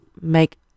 make